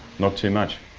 not too much.